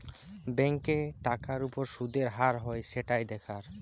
ব্যাংকে টাকার উপর শুদের হার হয় সেটাই দেখার